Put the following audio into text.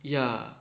ya